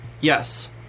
yes